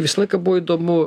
visą laiką buvo įdomu